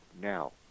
Now